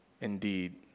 indeed